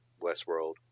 Westworld